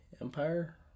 Empire